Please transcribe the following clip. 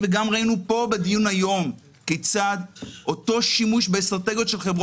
רק בינואר האחרון נכנס השלב השני של סימון המדבקות האדומות.